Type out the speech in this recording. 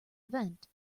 event